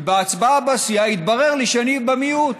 ובהצבעה בסיעה התברר לי שאני במיעוט,